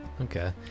Okay